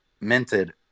minted